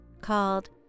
called